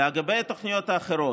לגבי התוכניות האחרות,